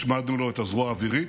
השמדנו לו את הזרוע האווירית,